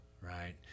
Right